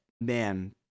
man